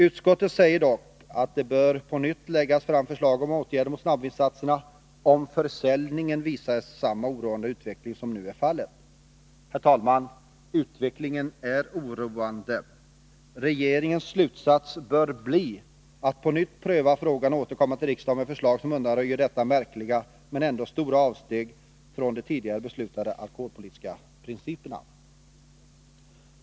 Utskottet säger dock att det på nytt bör läggas fram förslag om åtgärder mot snabbvinsatserna, om försäljningen visar samma oroande utveckling som nu är fallet. Herr talman! Utvecklingen är oroande. Regeringens slutsats bör bli att på nytt pröva frågan och återkomma till riksdagen med förslag som undanröjer dett märkliga men ändå stora avsteg från de tidigare beslutade alkoholpolitiska principerna.